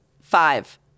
Five